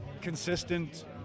consistent